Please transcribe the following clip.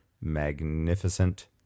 magnificent